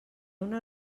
una